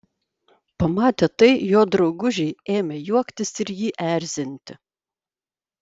pamatę tai jo draugužiai ėmė juoktis ir jį erzinti